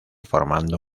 formando